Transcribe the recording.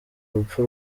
rupfu